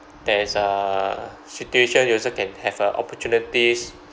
there is a situation you also can have uh opportunities